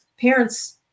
Parents